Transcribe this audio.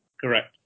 correct